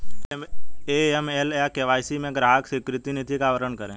AML या KYC में ग्राहक स्वीकृति नीति का वर्णन करें?